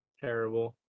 terrible